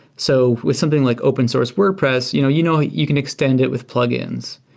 so with something like open source wordpress, you know you know you can extend it with plugins.